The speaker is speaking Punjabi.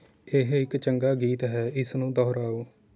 ਇਹ ਇੱਕ ਚੰਗਾ ਗੀਤ ਹੈ ਇਸਨੂੰ ਦੁਹਰਾਓ